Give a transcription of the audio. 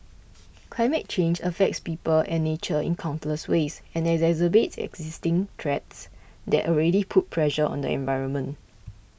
climate change affects people and nature in countless ways and exacerbates existing threats that already put pressure on the environment